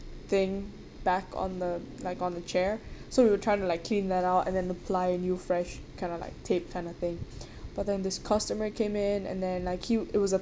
thing back on the like on the chair so we were trying to like clean that out and then apply a new fresh kind of like tape kind of thing but then this customer came in and then like he it was a